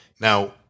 Now